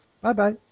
Bye-bye